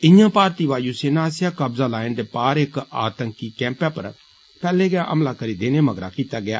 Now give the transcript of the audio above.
इयां भारती वायु सेना आस्सेआ कब्जा लाइन दे पार इक आतंकी कैम्पै पर पैहले गै हमला करी देने मगरा कीता गेआ